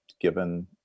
given